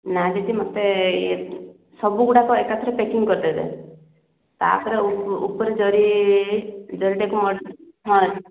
ନା ଦିଦି ମୋତେ ଇଏ ସବୁଗୁଡ଼ାକ ଏକାଥରକେ ପ୍ୟାକିଙ୍ଗ୍ କରିଦେବେ ତାପରେ ଉପର ଜରି ଜରିଟାକୁ